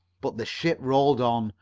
but the ship rolled on,